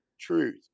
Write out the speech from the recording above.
Truth